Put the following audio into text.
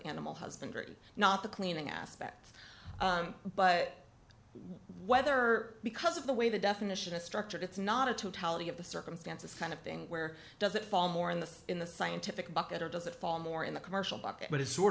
animal husbandry not the cleaning aspect but whether because of the way the definition is structured it's not a totality of the circumstances kind of thing where does it fall more in the in the scientific bucket or does it fall more in the commercial book but it sort